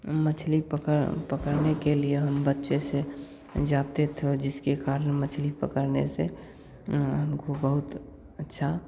मछली पकड़ पकड़ने के लिए हम बच्चे से जाते थे और जिसके कारण मछली पकड़ने से हमको बहुत अच्छा